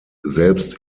selbst